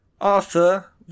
Arthur